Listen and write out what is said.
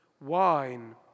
wine